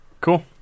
Cool